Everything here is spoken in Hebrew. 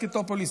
סקיתופוליס,